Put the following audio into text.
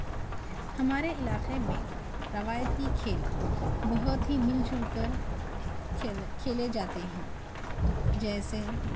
ہمارے علاقے میں روایتی کھیل بہت ہی مل جل کر کھیل کھیلے جاتے ہیں جیسے